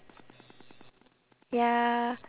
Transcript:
ya